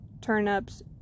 turnips